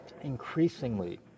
Increasingly